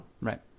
Right